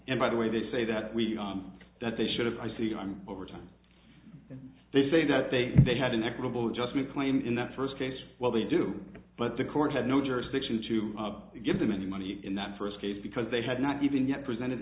and by the way they say that we on that they should have i see i'm overtime and they say that they they had an equitable adjustment claim in that first case well they do but the court had no jurisdiction to give them any money in that first case because they had not even yet presented